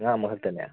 ꯑꯉꯥꯡ ꯑꯃ ꯈꯛꯇꯅꯦ